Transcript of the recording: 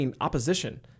opposition